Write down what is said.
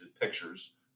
pictures